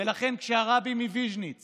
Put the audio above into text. ולכן כשהרבי מוויז'ניץ